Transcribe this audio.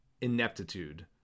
ineptitude